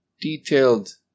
detailed